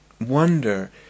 wonder